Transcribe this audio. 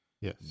Yes